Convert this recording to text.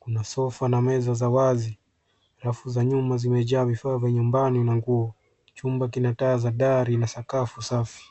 Kuna sofa na meza za wazi, rafu za nyuma zimejaa vifaa vya nyumbani na nguo. Chumba kina taa za dari na sakafu safi.